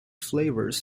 flavors